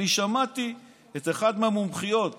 אני שמעתי את אחת מהמומחיות בארץ,